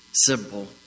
simple